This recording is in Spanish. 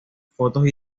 fotos